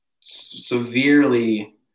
severely